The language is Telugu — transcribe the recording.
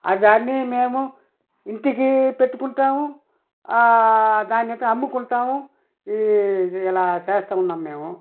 ఆ దాన్ని మేము ఇంటికీ పెట్టుకుంటాము దానింతా అమ్ముకుంటాము ఈ ఇలా చేస్తా ఉన్నాము మేము